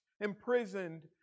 imprisoned